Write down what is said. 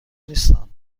نیستند